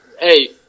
hey